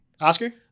Oscar